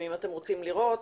אם אתם רוצים לראות